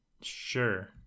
Sure